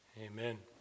Amen